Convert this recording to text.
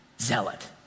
zealot